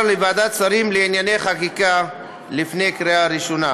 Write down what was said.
לוועדת שרים לענייני חקיקה לפני קריאה ראשונה.